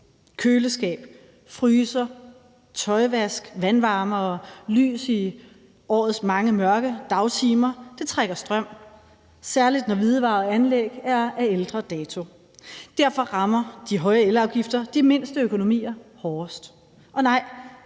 Køleskab, fryser, tøjvask, vandvarmere og lys i årets mange mørke dagtimer trækker strøm, særlig når hvidevarerne er af ældre dato. Derfor rammer de høje elafgifter dem med de mindste økonomier hårdest.